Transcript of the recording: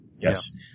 Yes